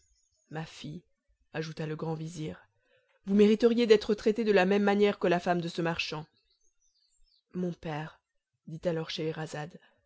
ma fille ajouta le grand vizir vous mériteriez d'être traitée de la même manière que la femme de ce marchand mon père dit alors scheherazade